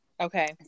Okay